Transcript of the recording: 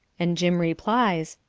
and jim replies,